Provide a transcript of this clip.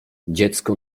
dziecko